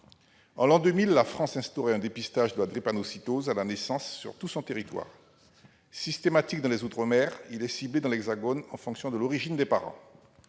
En l'an 2000, la France instaurait un dépistage de la drépanocytose à la naissance sur tout son territoire. Systématique dans les outre-mer, il est ciblé dans l'Hexagone en fonction de l'origine des parents.